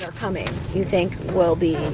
coming you think will be